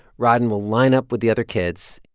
rieden will line up with the other kids.